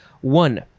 One